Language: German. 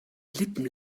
lippen